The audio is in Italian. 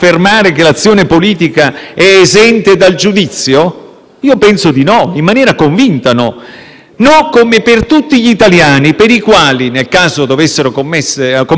così come per tutti gli italiani, per i quali, nel caso dovessero commettere degli illeciti, c'è il giudice naturale. Perché per un Ministro non dovrebbe